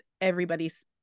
everybody's